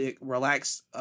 relaxed